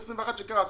2020 כשקרה האסון?